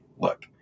look